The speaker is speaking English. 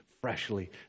freshly